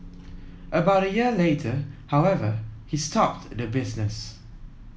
about a year later however he stopped the business